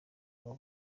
abo